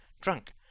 drunk